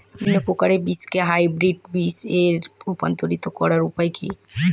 বিভিন্ন প্রকার বীজকে হাইব্রিড বীজ এ রূপান্তরিত করার উপায় কি?